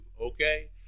Okay